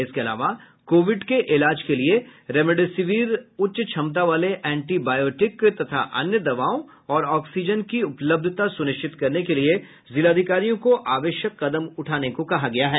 इसके अलावा कोविड के इलाज के लिए रेमडेसिविर उच्च क्षमता वाले एंटी बॉयोटिक तथा अन्य दवाओं और ऑक्सीजन की उपलब्धता सुनिश्चित करने के लिए जिलाधिकारियों को आवश्यक कदम उठाने को कहा गया है